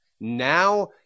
Now